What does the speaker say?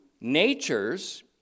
natures